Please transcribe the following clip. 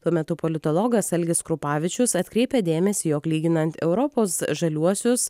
tuo metu politologas algis krupavičius atkreipia dėmesį jog lyginant europos žaliuosius